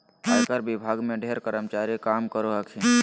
आयकर विभाग में ढेर कर्मचारी काम करो हखिन